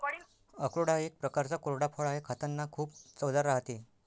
अक्रोड हा एक प्रकारचा कोरडा फळ आहे, खातांना खूप चवदार राहते